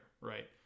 right